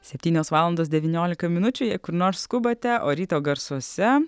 septynios valandos devyniolika minučių jei kur nors skubate o ryto garsuose